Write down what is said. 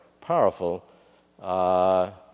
powerful